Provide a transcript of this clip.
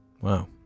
wow